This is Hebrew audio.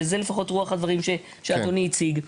וזה לפחות רוח הדברים שאדוני הציג,